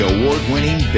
Award-winning